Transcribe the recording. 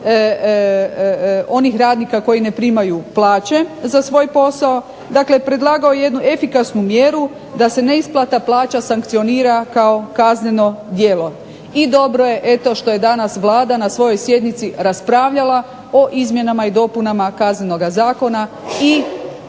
onih radnika koji ne primaju plaće za svoj posao, dakle predlagao jednu efikasnu mjeru da se neisplata plaća sankcionira kao kazneno djelo. I dobro je što je danas Vlada na svojoj sjednici raspravljala o izmjenama i dopunama Kaznenoga zakona i